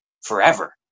forever